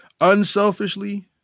Unselfishly